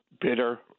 bitter